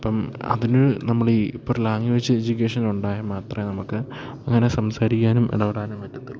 ഇപ്പം അതിന് നമ്മൾ ഈ ഇപ്പോൾ ഒരു ലാംഗ്വേജ് എജ്യൂക്കേഷൻ ഉണ്ടായാൽ മാത്രമേ നമുക്ക് അങ്ങനെ സംസാരിക്കാനും ഇടപെടാനും പറ്റത്തുള്ളൂ